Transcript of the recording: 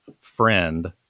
friend